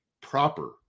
proper